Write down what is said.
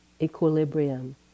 equilibrium